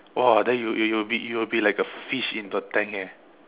!wah! then you eh you will be you will be like a fish in the tank eh